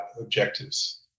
objectives